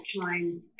time